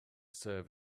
serve